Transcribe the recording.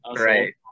Right